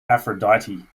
aphrodite